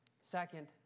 Second